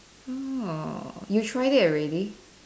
oh you tried it already